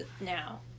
now